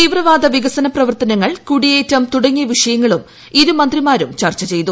തീവ്രവാദ വികസന പ്രവർത്തനങ്ങൾ കൂടിയേറ്റും തുടങ്ങിയ വിഷയങ്ങളും ഇരു മന്ത്രിമാരും ചർച്ച ചെയ്തു